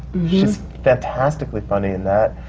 she's fantastically funny in that.